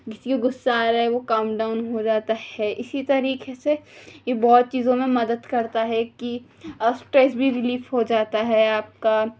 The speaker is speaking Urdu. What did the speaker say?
کسی کے غصہ آ رہا ہے وہ کام ڈاؤن ہو جاتا ہے اسی طریقے سے یہ بہت چیزوں میں مدد کرتا ہے کہ اور اسٹریس بھی ریلیف ہو جاتا ہے آپ کا